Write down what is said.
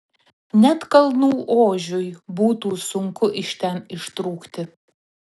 net kalnų ožiui būtų sunku iš ten ištrūkti